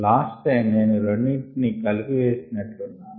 last time నేను రెండిటిని కలిపివేసినట్లున్నాను